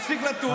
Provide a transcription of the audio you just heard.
להפסיק לטוס,